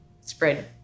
spread